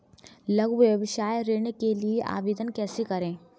लघु व्यवसाय ऋण के लिए आवेदन कैसे करें?